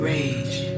Rage